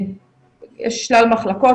יש שלל מחלקות,